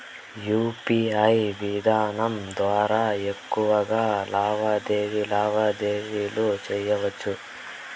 UPI విధానం ద్వారా ఎక్కువగా లావాదేవీలు లావాదేవీలు సేయొచ్చా?